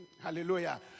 hallelujah